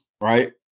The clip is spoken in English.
right